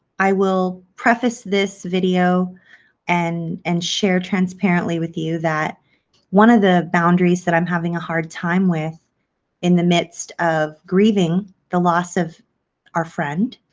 i will preface this video and and share transparently with you that one of the boundaries that i'm having a hard time with in the midst of grieving the loss of our friend